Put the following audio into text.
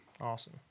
Awesome